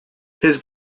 his